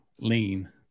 lean